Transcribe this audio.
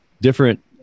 Different